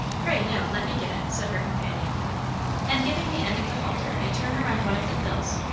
pray no! let me get it, said her companion and giving the end of the halter a turn round one of the thills,